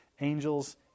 angels